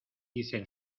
dicen